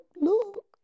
look